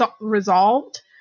resolved